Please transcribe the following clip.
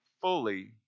fully